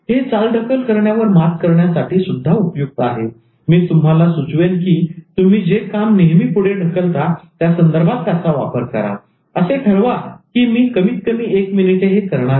हे चालढकल करण्यावर मात करण्यासाठी सुद्धा उपयुक्त आहे मी तुम्हाला सुचवेन की तुम्ही जे काम नेहमी पुढे ढकलता त्यासंदर्भात त्याचा वापर करा असे ठरवा की मी कमीत कमी एक मिनिटे हे करणारच